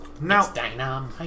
Now